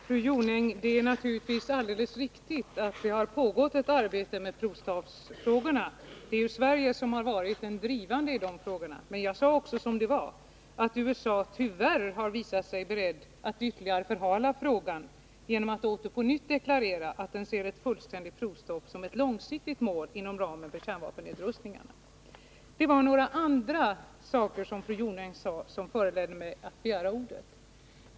Herr talman! Det är, fru Jonäng, naturligtvis alldeles riktigt att det har pågått ett arbete med provstoppsfrågorna. Det är ju Sverige som har varit pådrivande i dessa frågor. Men jag sade också som det var — att USA tyvärr har visat sig berett att ytterligare förhala förhandlingarna genom att på nytt deklarera att USA ser ett fullständigt provstopp som ett långsiktigt mål inom ramen för kärnvapennedrustningarna. Det var några andra saker som fru Jonäng sade som föranledde mig att begära ordet.